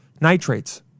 nitrates